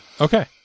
okay